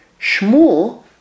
Shmuel